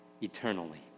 eternally